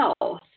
health